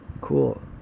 cool